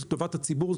לטובת הציבור,